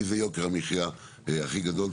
כי זה יוקר המחייה הכי גדול.